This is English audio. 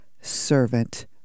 servant